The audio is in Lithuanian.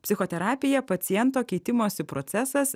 psichoterapija paciento keitimosi procesas